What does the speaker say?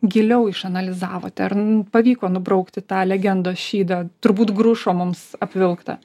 giliau išanalizavote ar pavyko nubraukti tą legendos šydą turbūt grušo mums apvilktą